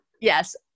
yes